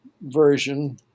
version